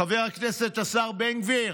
חבר הכנסת השר בן גביר,